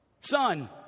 Son